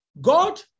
God